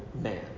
man